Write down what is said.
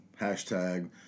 hashtag